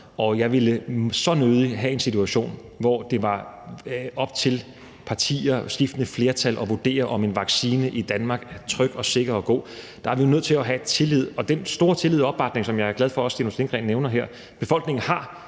jeg ville så nødig have en situation, hvor det var op til partier og skiftende flertal at vurdere, om en vaccine i Danmark er tryg, sikker og god. Der er vi nødt til at have tillid. Den store tillid og opbakning, som befolkningen har